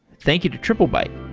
thank you to triplebyte